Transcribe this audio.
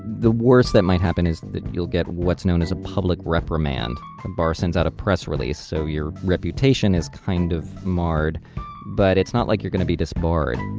the worst that might happen is that you'll get what's known as a public reprimand, the um bar sends out a press release so your reputation is kind of marred but it's not like you're going to be disbarred.